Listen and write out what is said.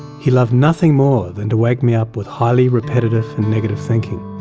he loved nothing more than to wake me up with highly repetitive and negative thinking.